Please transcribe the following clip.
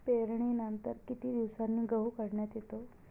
पेरणीनंतर किती दिवसांनी गहू काढण्यात येतो?